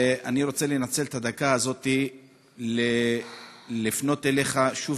אני רוצה לנצל את הדקה הזאת לפנות אליך שוב,